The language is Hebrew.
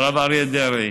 הרב אריה דרעי.